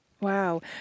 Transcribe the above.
Wow